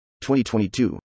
2022